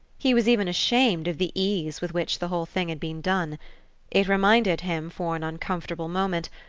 he was even ashamed of the ease with which the whole thing had been done it reminded him, for an uncomfortable moment,